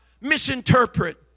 misinterpret